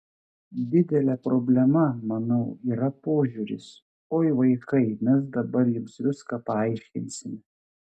didelė problema manau yra požiūris oi vaikai mes dabar jums viską paaiškinsime